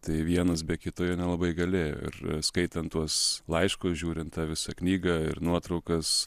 tai vienas be kito jie nelabai galėjo ir skaitant tuos laiškus žiūrint tą visą knygą ir nuotraukas